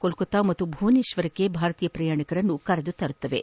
ಕೋಲ್ಲತ್ತಾ ಮತ್ತು ಭುವನೇಶ್ವರಕ್ಕೆ ಭಾರತೀಯ ಪ್ರಯಾಣಿಕರನ್ನು ಕರೆತರಲಿವೆ